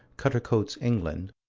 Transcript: cuttercoats, england,